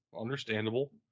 understandable